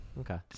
Okay